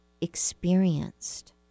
experienced